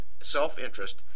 self-interest